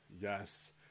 yes